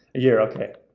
year, okay.